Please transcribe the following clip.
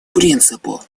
принципу